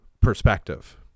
perspective